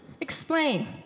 explain